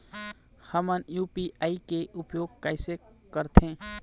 हमन यू.पी.आई के उपयोग कैसे करथें?